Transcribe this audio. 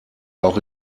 auch